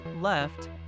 left